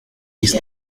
based